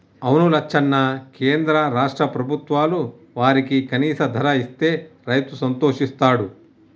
అవును లచ్చన్న కేంద్ర రాష్ట్ర ప్రభుత్వాలు వారికి కనీస ధర ఇస్తే రైతు సంతోషిస్తాడు